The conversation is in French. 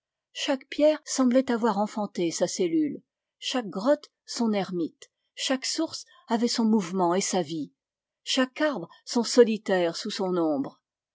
chaque pierre semblait avoir enfanté sa cellule chaque grotte son ermite chaque source avait son mouvement et sa vie chaque arbre son solitaire sous son ombre